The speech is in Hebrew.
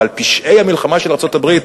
אבל "פשעי המלחמה של ארצות-הברית"?